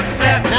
set